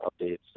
updates